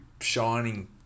shining